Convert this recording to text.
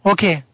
Okay